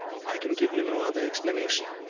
i can give you no other explanation.